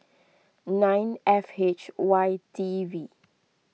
nine F H Y T V